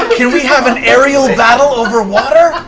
can we have an aerial battle over water?